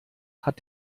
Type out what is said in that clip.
hat